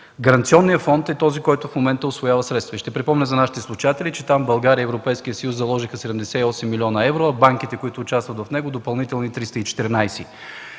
Гаранционният фонд в момента е този, който усвоява средства. Ще припомня за нашите слушатели, че там България и Европейският съюз заложиха 78 млн. евро, а банките, които участват в него, допълнително още